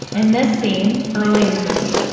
in this scene, early in the movie